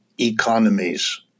economies